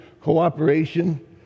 cooperation